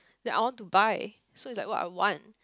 then I want to buy so it's like what I want